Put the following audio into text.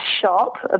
shop